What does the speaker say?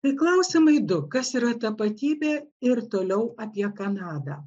tai klausimai du kas yra tapatybė ir toliau apie kanadą